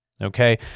Okay